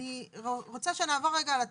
אני רוצה שנעבור רגע על התפקידים,